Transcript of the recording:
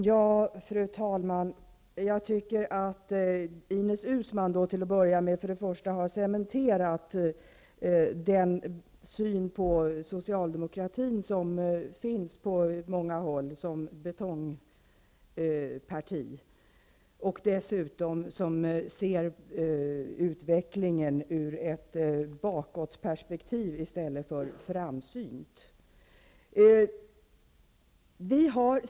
Fru talman! Till att börja med vill jag säga att jag tycker att Ines Uusmann har cementerat den syn på socialdemokratin som finns på många håll -- dvs. åsikten att Socialdemokraterna är ett betongparti och dessutom ett parti som ser utvecklingen i ett, skulle jag vilja säga, bakåtperspektiv i stället för att vara framsynt.